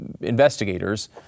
investigators